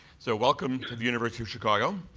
so, welcome to the university of chicago.